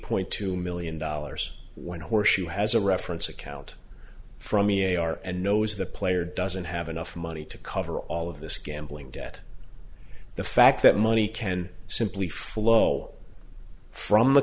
point two million dollars when a horseshoe has a reference account from e a are and knows the player doesn't have enough money to cover all of this gambling debt the fact that money can simply flow from the